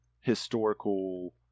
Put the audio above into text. historical